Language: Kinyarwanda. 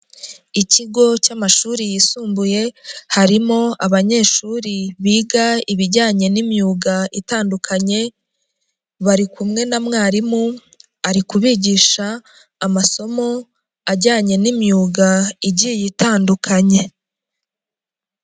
Ikigo cy'amashuri yisumbuye, harimo abanyeshuri biga ibijyanye n'imyuga itandukanye, bari kumwe na mwarimu, ari kubigisha amasomo ajyanye n'imyuga igiye itandukanye.